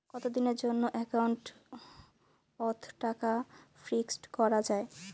কতদিনের জন্যে একাউন্ট ওত টাকা ফিক্সড করা যায়?